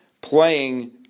playing